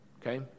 Okay